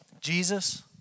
Jesus